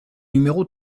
numéro